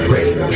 Radio